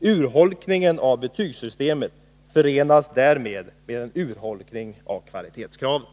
Urholkningen av betygssystemet förenas därmed med en urholkning av kvalitetskravet.